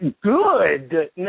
good